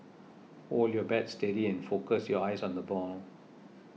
hold your bat steady and focus your eyes on the ball